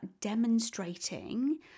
demonstrating